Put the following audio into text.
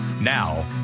Now